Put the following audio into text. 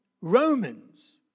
Romans